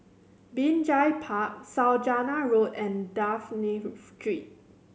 Binjai Park Saujana Road and Dafne Street